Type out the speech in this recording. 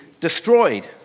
destroyed